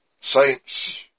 saints